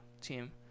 team